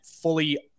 fully